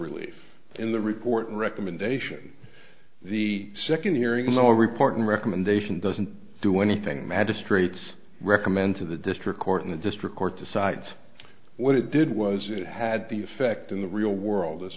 relief in the report and recommendation the second hearing a report and recommendation doesn't do anything magistrates recommend to the district court in the district court decides what it did was it had the effect in the real world as